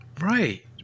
Right